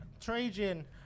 Trajan